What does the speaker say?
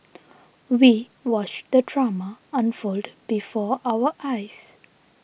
we watched the drama unfold before our eyes